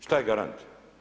Šta je garant?